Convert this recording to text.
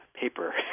paper